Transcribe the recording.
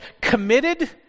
committed